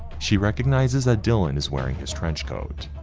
she recognizes that dylan is wearing his trench coat,